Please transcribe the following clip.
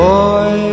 boy